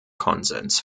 konsens